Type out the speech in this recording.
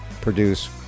produce